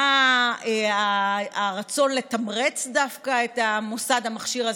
מה הרצון לתמרץ דווקא את המוסד המכשיר הזה,